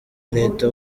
leta